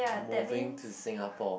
moving to Singapore